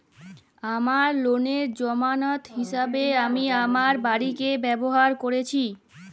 আমার লোনের জামানত হিসেবে আমি আমার বাড়িকে ব্যবহার করেছি